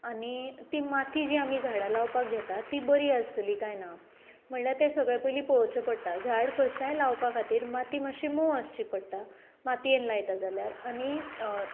आनी ती माती जी आमी झाडां लावपाक घेतात ती बरी आसतली काय ना म्हणल्यार तें सगळें पयलीं पळोवचें पडटा झाड कसलेंय लावपा खातीर माती मातशी मोव आसची पडटा मातयेंत लायता जाल्यार आनी